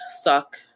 suck